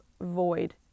void